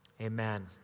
Amen